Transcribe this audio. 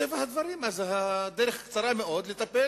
מטבע הדברים הדרך קצרה מאוד לטפל